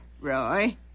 Roy